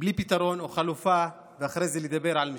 בלי פתרון או חלופה ואחרי זה לדבר על משילות.